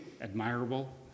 admirable